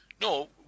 No